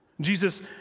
Jesus